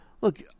Look